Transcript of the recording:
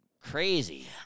crazy